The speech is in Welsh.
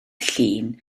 llun